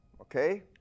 Okay